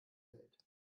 welt